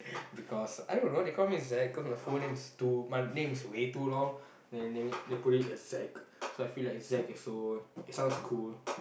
because I don't know they call me Zac cause my full name is too my name is way too long then they put it as Zac so I feel like Zac is so it sounds cool